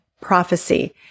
prophecy